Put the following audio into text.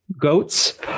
Goats